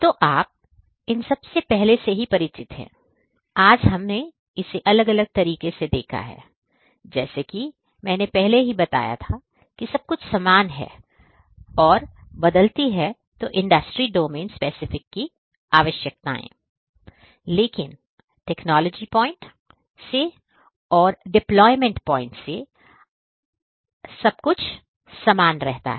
तो आप इन सब से पहले से ही परिचित हैं आज हमने इसे अलग अलग तरीके से देखा हैजैसा की मैंने पहले बताया था की सब कुछ समान है और बदलती है तो इंडस्ट्री domain specific की आवश्यकताएं लेकिन एक technology point देखने से IoT solution point से कुछ समान रहता है